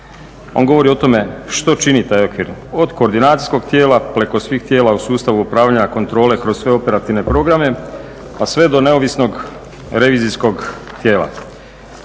on govori o tome što čini taj okvir. Od koordinacijskog tijela preko svih tijela u sustavu upravljanja kontrole kroz sve operativne programe pa sve do neovisnog revizijskog tijela.